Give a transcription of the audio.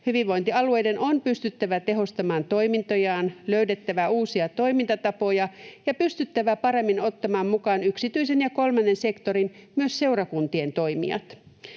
Hyvinvointialueiden on pystyttävä tehostamaan toimintojaan, löydettävä uusia toimintatapoja ja pystyttävä paremmin ottamaan mukaan yksityisen ja kolmannen sektorin, myös seurakuntien, toimijat.